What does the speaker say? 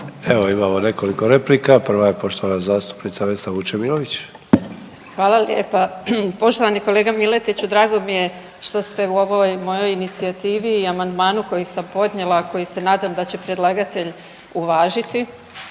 Evo imamo nekoliko replika. Prva je poštovana zastupnica Vesna Vučemilović. **Vučemilović, Vesna (Hrvatski suverenisti)** Hvala lijepa. Poštovani kolega Miletiću, drago mi je što ste u ovoj mojoj inicijativi i amandmanu koji sam podnijela, a koji se nadam da će predlagatelj uvažiti